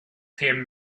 came